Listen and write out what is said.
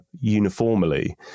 uniformly